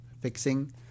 fixing